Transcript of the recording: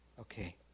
Okay